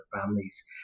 families